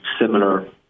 similar